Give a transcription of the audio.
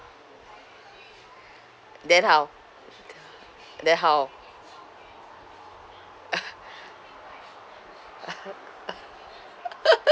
then how then how